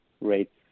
rates